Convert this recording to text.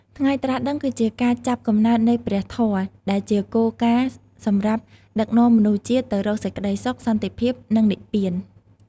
ថ្ងៃត្រាស់ដឹង គឺជាការចាប់កំណើតនៃព្រះធម៌ ដែលជាគោលការណ៍សម្រាប់ដឹកនាំមនុស្សជាតិទៅរកសេចក្ដីសុខ សន្តិភាព និងនិព្វាន។